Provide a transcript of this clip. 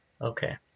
Okay